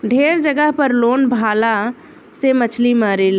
ढेरे जगह पर लोग भाला से मछली मारेला